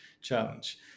challenge